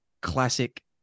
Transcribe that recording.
classic